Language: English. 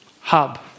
hub